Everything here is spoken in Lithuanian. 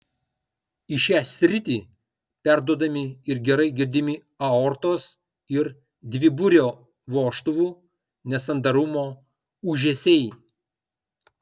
į šią sritį perduodami ir gerai girdimi aortos ir dviburio vožtuvų nesandarumo ūžesiai